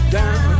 down